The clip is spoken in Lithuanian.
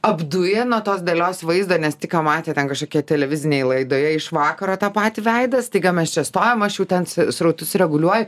apduję nuo tos dalios vaizdo nes tik ką matė ten kažkokioj televizinėje laidoje iš vakaro tą patį veidą staiga mes čia stovim aš jau ten srautus reguliuoju